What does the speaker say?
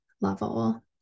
level